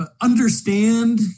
understand